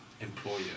employer